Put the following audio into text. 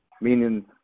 meaning